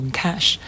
cash 。